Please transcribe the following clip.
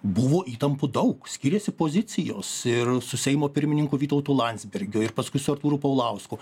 buvo įtampų daug skiriasi pozicijos ir su seimo pirmininku vytautu landsbergiu ir paskui su artūru paulausku